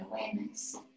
awareness